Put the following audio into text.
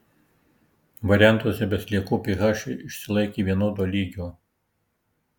variantuose be sliekų ph išsilaikė vienodo lygio